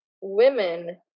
women